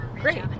Great